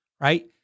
right